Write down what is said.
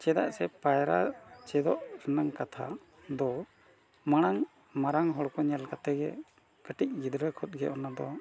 ᱪᱮᱫᱟᱜ ᱥᱮ ᱯᱟᱭᱨᱟ ᱪᱮᱫᱚᱜ ᱨᱮᱱᱟᱜ ᱠᱟᱛᱷᱟ ᱫᱚ ᱢᱟᱲᱟᱝ ᱢᱟᱨᱟᱝ ᱦᱚᱲᱠᱚ ᱧᱮᱞ ᱠᱟᱛᱮᱫ ᱜᱮ ᱠᱟᱹᱴᱤᱡ ᱜᱤᱫᱽᱨᱟᱹ ᱠᱷᱚᱱ ᱜᱮ ᱚᱱᱟᱫᱚ